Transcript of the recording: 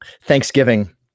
Thanksgiving